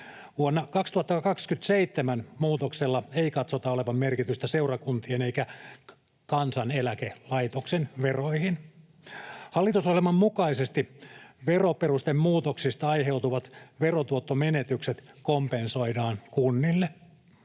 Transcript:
Vuonna 2027 muutoksella ei katsota olevan merkitystä seurakuntien eikä Kansaneläkelaitoksen veroihin. Hallitusohjelman mukaisesti veroperustemuutoksista aiheutuvat verotuottomenetykset kompensoidaan kunnille.